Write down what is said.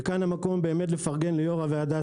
כאן המקום לפרגן ליושב-ראש הוועדה,